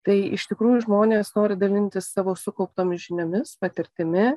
tai iš tikrųjų žmonės nori dalintis savo sukauptomis žiniomis patirtimi